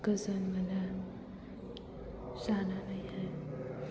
गोजोन मोनो जानानैहाय